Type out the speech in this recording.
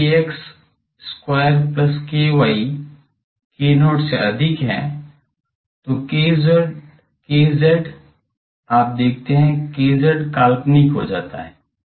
यदि kx square plus ky k0 से अधिक है तो kz आप देखते हैं kz काल्पनिक हो जाता है